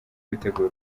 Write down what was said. gutegurwa